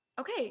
Okay